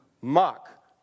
mock